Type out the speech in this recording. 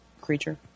creature